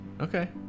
Okay